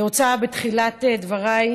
בתחילת דבריי